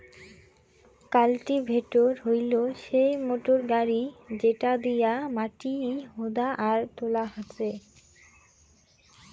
cultivator হইলো সেই motor গাড়ি যেটা দিয়া মাটি হুদা আর তোলা হসে